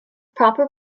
proper